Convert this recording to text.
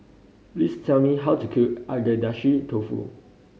please tell me how to cook Agedashi Dofu